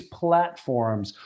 platforms